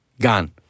Gone